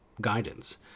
guidance